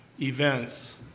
events